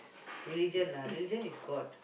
religion ah religion is God